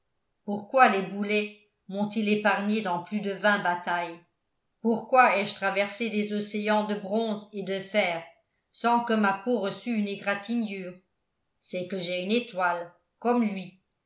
pourquoi les boulets m'ont-ils épargné dans plus de vingt batailles pourquoi ai-je traversé des océans de bronze et de fer sans que ma peau reçût une égratignure c'est que j'ai une étoile comme lui